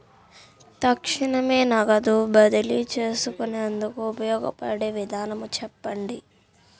తక్షణమే నగదు బదిలీ చేసుకునేందుకు ఉపయోగపడే విధానము చెప్పండి?